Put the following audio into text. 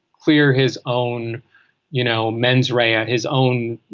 clear his own you know mens rea on his own